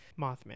mothman